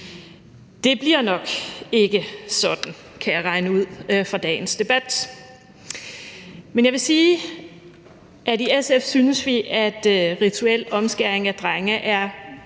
Det bliver nok ikke sådan, kan jeg regne ud ud fra dagens debat. Men jeg vil sige, at i SF synes vi, at rituel omskæring af drenge er